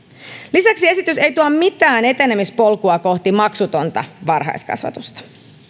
lisäksi esitys ei tuo mitään etenemispolkua kohti maksutonta varhaiskasvatusta